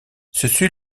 ceci